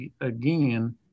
again